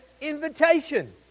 invitation